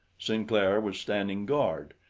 sinclair was standing guard.